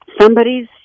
somebody's